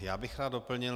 Já bych rád doplnil.